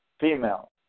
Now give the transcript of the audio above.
female